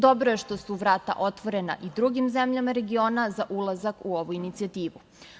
Dobro je što su vrata otvorena i drugim zemljama regiona za ulazak u ovu inicijativu.